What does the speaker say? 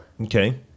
Okay